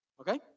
Okay